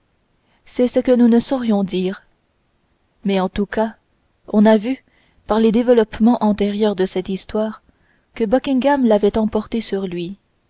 c'est ce que nous ne saurions dire mais en tout cas on a vu par les développements antérieurs de cette histoire que buckingham l'avait emporté sur lui